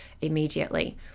immediately